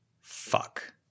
Fuck